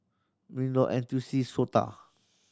MinLaw N T U C SOTA